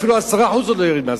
אפילו 10% הוא לא יוריד מהשכירות.